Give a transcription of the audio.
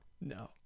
no